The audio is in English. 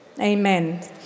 Amen